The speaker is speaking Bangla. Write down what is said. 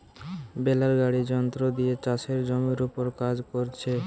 বেলার গাড়ি যন্ত্র দিয়ে চাষের জমির উপর কাজ কোরছে